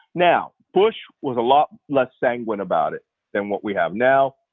now, bush was a lot less sanguine about it than what we have now.